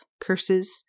curses